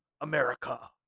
America